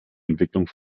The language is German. entwicklung